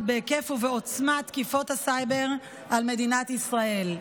בהיקף ובעוצמת תקיפות הסייבר על מדינת ישראל.